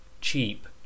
cheap